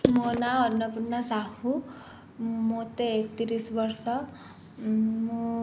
ମୋ ନାଁ ଅର୍ଣ୍ଣପୂର୍ଣ୍ଣା ସାହୁ ମୋତେ ଏକତିରିଶ ବର୍ଷ ମୁଁ